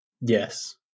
Yes